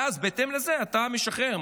ואז בהתאם לזה אתה משחרר,